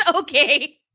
Okay